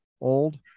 old